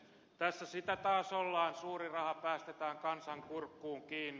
tässä sitä taas ollaan suuri raha päästetään kansan kurkkuun kiinni